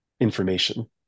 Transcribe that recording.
information